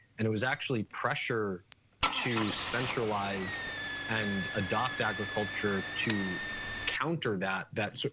and it was actually pressure to centralize and adopt agriculture to counter that that,